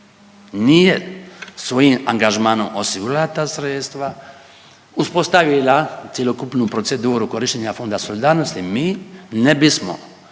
nije svojim angažmanom osigurala ta sredstva, uspostavila cjelokupnu proceduru korištenja Fonda solidarnosti mi ne bismo